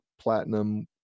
platinum